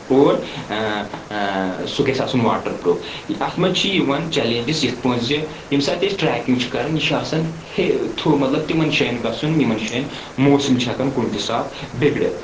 اور سُہ گژھِ آسُن واٹرپروٗف اَتھ منٛز چھِ یوان چیلیٚنجس یتھ پٲٹھۍ زِ ییٚمہِ ساتہٕ أسۍ ٹریکنگ چھِ کران یہِ چھِ آسان تِمن جایٚن گژھُن یِم جایٚن موسِم چھِ ہیٚکن کُنہٕ تہِ ساتہٕ بِگڑِتھ